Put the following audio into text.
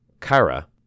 Kara